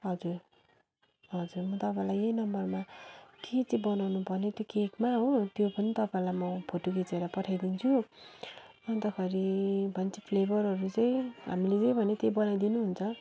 हजुर हजुर म तपाईँलाई यही नम्बरमा के चाहिँ बनाउनु पर्ने त्यो केकमा हो त्यो पनि तपाईँलाई म फोटो खिचेर पठाइदिन्छु अन्तखरि फ्लेबरहरू चाहिँ हामीले जे भन्यो त्यही बनाइदिनु हुन्छ